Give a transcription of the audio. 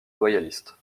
loyalistes